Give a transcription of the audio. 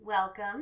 Welcome